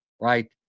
right